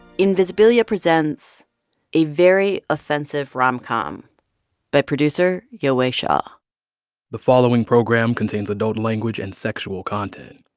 invisibilia presents a very offensive rom-com by producer yowei shaw the following program contains adult language and sexual content.